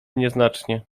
nieznacznie